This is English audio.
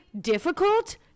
difficult